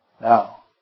Now